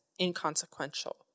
inconsequential